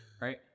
right